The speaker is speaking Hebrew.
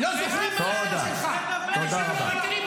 להרוג מחבלים ולהכניע.